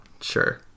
sure